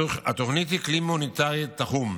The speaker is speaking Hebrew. התוכנית היא כלי מוניטרי תחום,